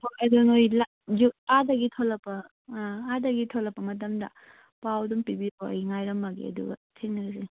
ꯍꯣꯏ ꯑꯗꯨ ꯅꯣꯏ ꯑꯥꯗꯒꯤ ꯊꯣꯛꯂꯛꯄ ꯑꯥꯗꯒꯤ ꯊꯣꯛꯂꯛꯄ ꯃꯇꯝꯗ ꯄꯥꯎ ꯑꯗꯨꯝ ꯄꯤꯕꯤꯔꯛꯑꯣ ꯑꯩ ꯉꯥꯏꯔꯝꯃꯒꯦ ꯑꯗꯨꯒ ꯊꯦꯡꯅꯔꯁꯤ